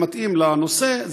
זה מתאים לנושא,